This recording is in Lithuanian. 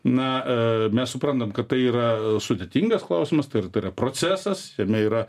na mes suprantam kad tai yra sudėtingas klausimas tai yra procesas jame yra